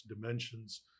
dimensions